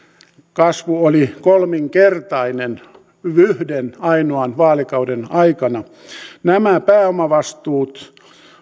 kasvu oli kolminkertainen yhden ainoan vaalikauden aikana nämä pääomavastuut